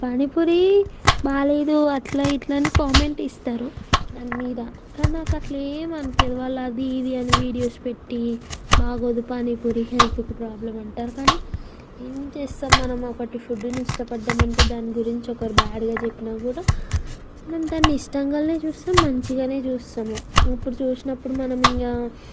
పానీపూరీ బాగాలేదు అట్లా ఇట్లా అని కామెంట్ ఇస్తారు దానిమీద కాని నాకట్లా ఏం అనిపీయదు వాళ్ళది అదీ ఇదీ అని వీడియోస్ పెట్టీ బాగోదు పానీపూరి హెల్త్కు ప్రాబ్లమంటరు కాని ఏం చేస్తాం మనము ఒకటి ఫుడ్డుని ఇష్టపడ్డామంటే దాని గురించి ఎవరు బాడ్గా చెప్పిన కూడా మేము దాని ఇష్టంగానే చూస్తాం మంచిగానే చూస్తము ఇప్పుడు చూసినప్పుడు మనం ఇంకా